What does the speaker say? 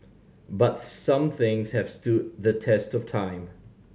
but some things have stood the test of time